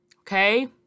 okay